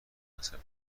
مصرف